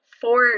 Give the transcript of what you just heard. four